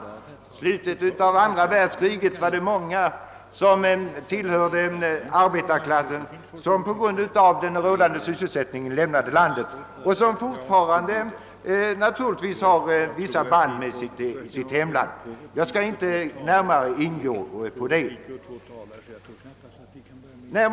Vid slutet av andra världskriget var det många som tillhörde arbetarklassen som på grund av de då rådande svårigheterna på arbetsmarknaden lämnade landet. Dessa emigranter har naturligtvis fortfarande vissa band med sitt hemland. Men jag skall inte närmare gå in härpå.